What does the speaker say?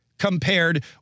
compared